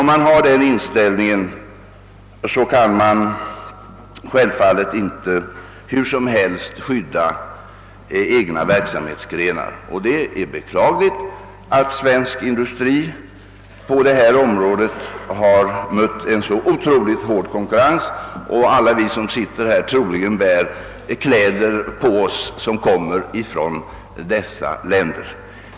Om vi har den inställningen, kan vi självfallet inte hur som helst skydda egna verksamhetsgrenar. Det är beklagligt att svensk industri på detta område har mött en så oerhört hård konkurrens att alla vi som sitter här troligen bär kläder som kommer från andra länder.